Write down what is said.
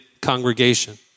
congregation